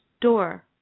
door